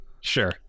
Sure